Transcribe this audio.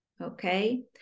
okay